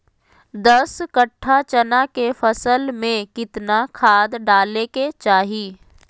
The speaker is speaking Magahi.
दस कट्ठा चना के फसल में कितना खाद डालें के चाहि?